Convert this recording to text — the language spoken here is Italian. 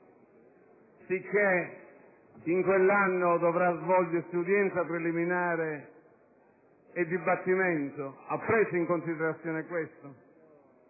sicché in quell'anno dovrà svolgersi l'udienza preliminare e il dibattimento? Ha preso in considerazione tale